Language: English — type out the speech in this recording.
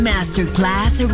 Masterclass